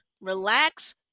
relax